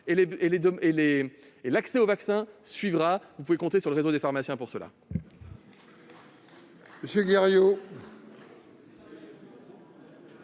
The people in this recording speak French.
à l'accès aux vaccins, vous pouvez compter sur le réseau des pharmaciens pour